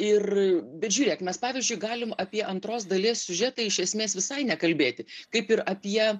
ir bet žiūrėk mes pavyzdžiui galim apie antros dalies siužetą iš esmės visai nekalbėti kaip ir apie